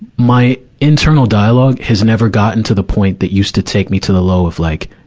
my internal dialogue has never gotten to the point that used to take me to the low of like,